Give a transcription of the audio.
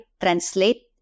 translate